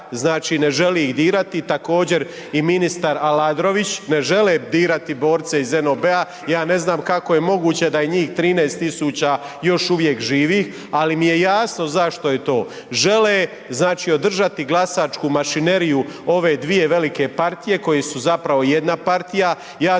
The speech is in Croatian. znači ne želi ih dirati, također i ministar Aladrović ne žele dirati borce iz NOB-a, ja ne znam kako je moguće da je njih 13.000 još uvijek živih, ali mi je jasno zašto je to. Žele znači održati glasačku mašineriju ove dvije velike partije koje su zapravo jedna partija.